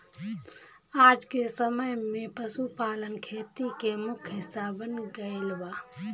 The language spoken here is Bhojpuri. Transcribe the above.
आजके समय में पशुपालन खेती के मुख्य हिस्सा बन गईल बा